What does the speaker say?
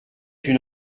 une